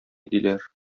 диләр